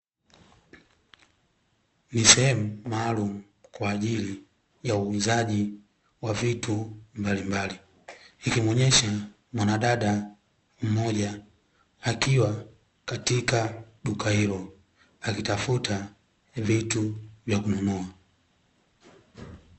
Ni sehemu maalumu kwa ajili ya uuzaji wa vitu mbalimbali, ikimuonyesha mwanadada mmoja akiwa katika duka hilo akitafuta vitu vya kununua.